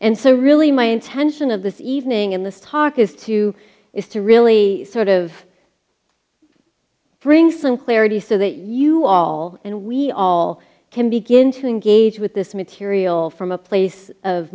and so really my intention of this evening in this talk is to is to really sort of bring some clarity so that you all and we all can begin to engage with this material from a place of